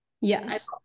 yes